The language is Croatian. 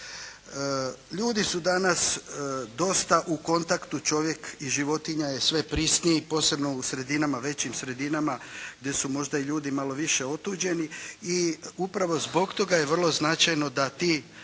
Ljudi su danas dosta u kontaktu, čovjek i životinja je sve prisniji, posebno u sredinama, većim sredinama gdje su možda i ljudi malo više otuđeni i upravo zbog toga je vrlo značajno da ti